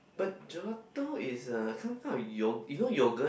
but gelato is a some kind of a yog~ you know yoghurt